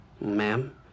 Ma'am